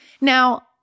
Now